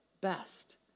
best